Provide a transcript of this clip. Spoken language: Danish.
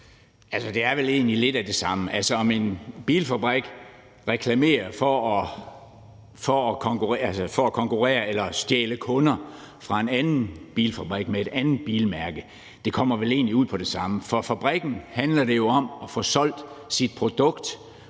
Det er vel egentlig lidt det samme – om en bilfabrik reklamerer for at konkurrere eller for at stjæle kunder fra en anden bilfabrik med et andet bilmærke, kommer vel egentlig ud på det samme, for fabrikken handler det jo om at få solgt sit produkt